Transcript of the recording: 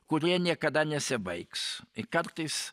kurie niekada nesibaigs kartais